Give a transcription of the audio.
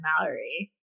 mallory